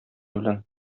белән